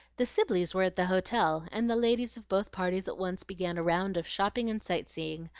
the sibleys were at the hotel and the ladies of both parties at once began a round of shopping and sightseeing,